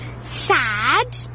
sad